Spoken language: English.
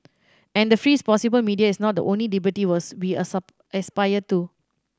and the freest possible media is not the only liberty was we aspire to